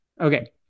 Okay